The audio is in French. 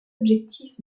objectif